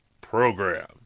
program